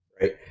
right